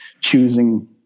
choosing